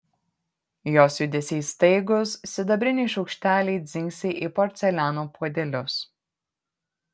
jos judesiai staigūs sidabriniai šaukšteliai dzingsi į porceliano puodelius